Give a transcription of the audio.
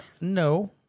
no